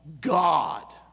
God